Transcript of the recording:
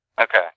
Okay